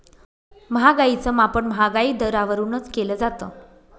महागाईच मापन महागाई दरावरून केलं जातं